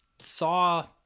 saw